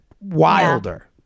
wilder